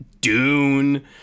Dune